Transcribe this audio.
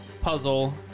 puzzle